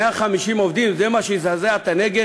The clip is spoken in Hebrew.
150 עובדים, זה מה שיזעזע את הנגב?